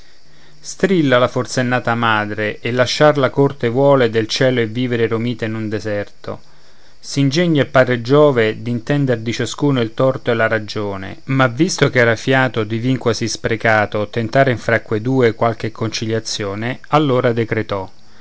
strilla la forsennata madre e lasciar la corte vuole del cielo e vivere romita in un deserto s'ingegna il padre giove d'intender di ciascuno il torto e la ragione ma visto ch'era fiato divin quasi sprecato tentar in fra que due qualche conciliazione allora decretò